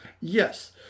Yes